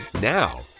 Now